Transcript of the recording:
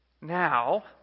Now